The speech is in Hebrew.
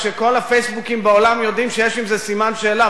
כשכל ה"פייסבוקים" בעולם יודעים שיש עם זה סימן שאלה,